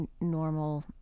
normal